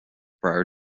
prior